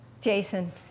Jason